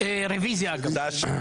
רוויזיה.